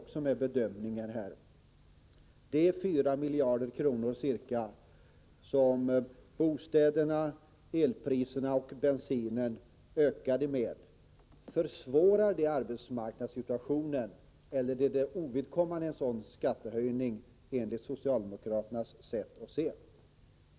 Kan det bedömmas att de ca 4 miljarder kronor som kostnaderna för bostäderna, elektriciteten och bensinen ökar med försvårar arbetsmarknadssituationen, eller är en sådan skattehöjning ovidkommande enligt socialdemokraternas sätt att se?